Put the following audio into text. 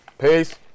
peace